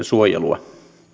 suojelua